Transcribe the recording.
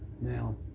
now